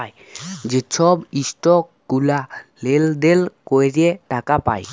যে ছব ইসটক গুলা লেলদেল ক্যরে টাকা পায়